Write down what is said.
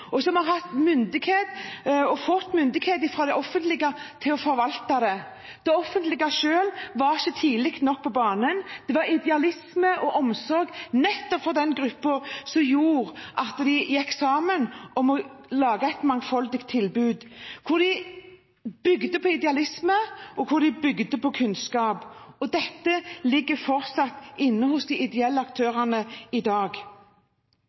og som har hatt myndighet og fått myndighet fra det offentlige til å forvalte dette. Det offentlige selv var ikke tidlig nok på banen. Det var idealisme og omsorg for nettopp denne gruppen som gjorde at man gikk sammen om å lage et mangfoldig tilbud hvor man bygde på idealisme og kunnskap. Dette ligger fortsatt inne hos de ideelle aktørene i dag.